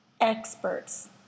experts